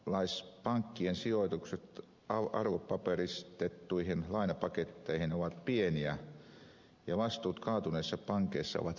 suomalaispankkien sijoitukset arvopaperistettuihin lainapaketteihin ovat pieniä ja vastuut kaatuneissa pankeissa ovat vähäisiä